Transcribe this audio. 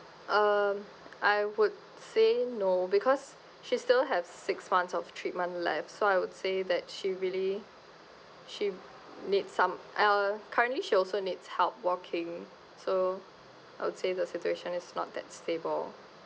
um I would say no because she still have six months of treatment left so I would say that she really she needs some uh currently she also needs help walking so I would say the situation is not that stable